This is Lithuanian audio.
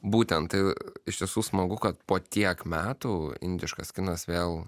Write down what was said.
būtent tai iš tiesų smagu kad po tiek metų indiškas kinas vėl